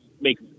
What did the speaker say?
make